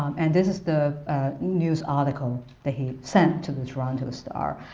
and this is the news article that he sent to the toronto star.